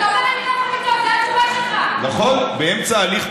זו לא הדרך, גם אם תצעקי.